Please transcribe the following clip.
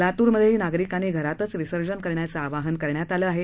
लातूरमधेही नागरिकांनी घरातच विसर्जन करण्याचं आवाहन करण्यात आलं आहे